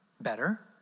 better